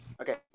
okay